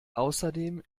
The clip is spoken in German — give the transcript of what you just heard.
außerdem